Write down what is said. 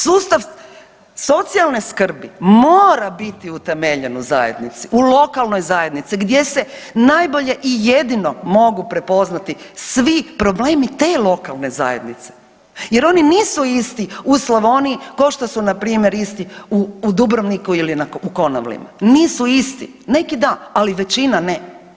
Sustav socijalne skrbi mora biti utemeljen u zajednici, u lokalnoj zajednici gdje se najbolje i jedino mogu prepoznati svi problemi te lokalne zajednice jer oni nisu isti u Slavoniji košto su npr. isti u Dubrovniku ili u Konavlima, nisu isti, neki da, ali većina ne.